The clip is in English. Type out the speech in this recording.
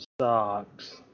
Socks